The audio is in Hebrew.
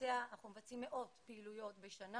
אנחנו מבצעים מאות פעילויות בשנה